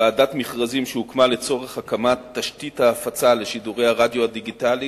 ועדת מכרזים שהוקמה לצורך הקמת תשתית ההפצה לשידורי הרדיו הדיגיטלי